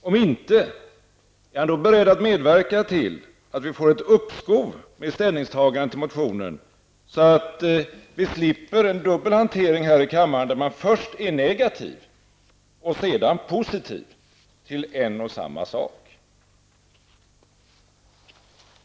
Om inte, är han då beredd att medverka till ett uppskov med ställningstagande till motionen, så att vi slipper en dubbel hantering här i kammaren, där majoriteten först är negativ och sedan positiv till en och samma sak?